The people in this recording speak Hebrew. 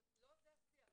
לא זה השיח.